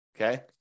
Okay